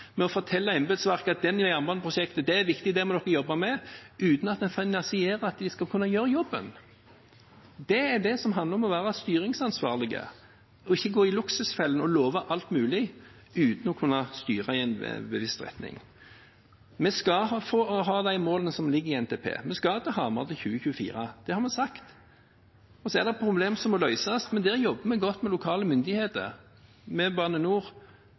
med å fortelle embetsverket at det jernbaneprosjektet er viktig, det må dere jobbe med, uten at en finansierer det, slik at de skal kunne gjøre jobben. Det er det som er å være styringsansvarlig og ikke gå i luksusfellen og love alt mulig uten å kunne styre i en bevisst retning. Vi skal ha de målene som ligger i NTP. Vi skal til Hamar til 2024, det har vi sagt. Så er det problemer som må løses, men der jobber vi godt med lokale myndigheter, med Bane NOR